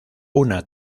una